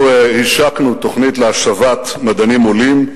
אנחנו השקנו תוכנית להשבת מדענים עולים,